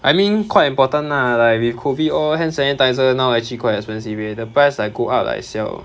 I mean quite important lah like with COVID all hand sanitisers now actually quite expensive already the price like go up like siao